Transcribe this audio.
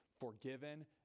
forgiven